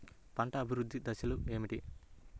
పంట అభివృద్ధి దశలు ఏమిటి?